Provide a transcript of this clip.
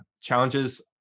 challenges